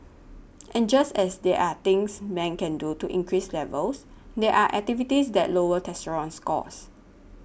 and just as there are things men can do to increase levels there are activities that lower testosterone scores